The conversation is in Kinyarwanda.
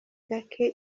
gake